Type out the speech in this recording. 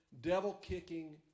devil-kicking